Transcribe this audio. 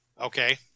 Okay